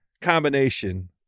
combination